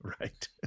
right